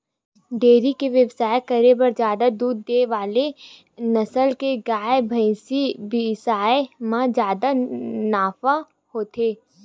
dairy के बेवसाय करे बर जादा दूद दे वाला नसल के गाय, भइसी बिसाए म जादा नफा होथे